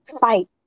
fight